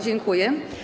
Dziękuję.